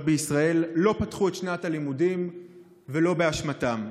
בישראל לא פתחו את שנת הלימודים ולא באשמתם.